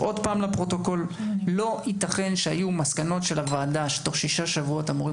לא ייתכן שהיו מסקנות של הוועדה שתוך שישה שבועות אמורים